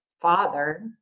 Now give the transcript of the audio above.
Father